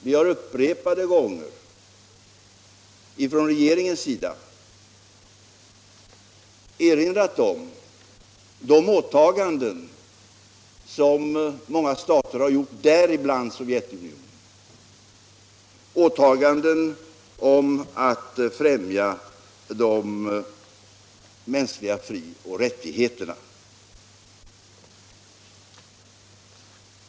Vi har från regeringens sida upprepade gånger erinrat om de åtaganden som många stater, däribland Sovjetunionen, har gjort om att främja de mänskliga frioch rättigheterna.